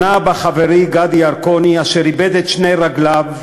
שנה שבה חברי גדי ירקוני, אשר איבד את שתי רגליו,